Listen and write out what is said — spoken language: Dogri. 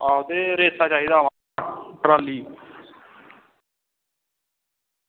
आहो ते रेता चाहिदा हा ट्राली